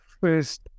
first